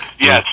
yes